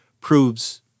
proves